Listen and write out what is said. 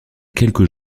quelques